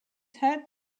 head